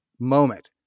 moment